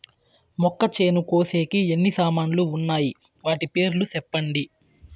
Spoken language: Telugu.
మొక్కచేను కోసేకి ఎన్ని సామాన్లు వున్నాయి? వాటి పేర్లు సెప్పండి?